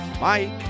Mike